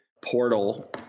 portal